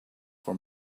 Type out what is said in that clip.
for